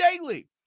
Daily